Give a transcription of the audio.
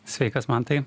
sveikas mantai